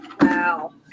Wow